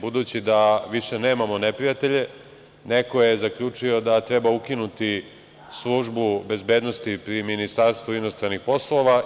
Budući da više nemamo neprijatelje, neko je zaključio da treba ukinuti službu bezbednosti pri Ministarstvu inostranih poslova.